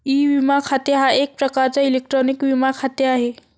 E विमा खाते हा एक प्रकारचा इलेक्ट्रॉनिक विमा खाते आहे